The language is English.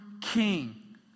king